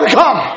come